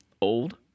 old